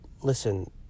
listen